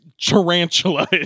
tarantula